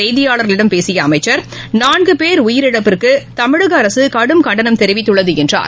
செய்தியாளர்களிடம் பேசியஅமைச்சர் நான்குபேர் பின்னர் உயிரிழப்புக்குதமிழகஅரசுகடும் கண்டனம் தெரிவித்துள்ளதுஎன்றார்